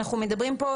אנחנו מדברים פה,